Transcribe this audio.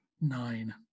nine